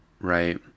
Right